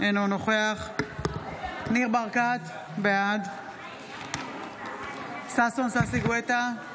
אינו נוכח ניר ברקת, בעד ששון ששי גואטה,